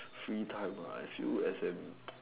free time I feel as an